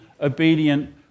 obedient